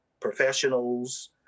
professionals